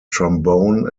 trombone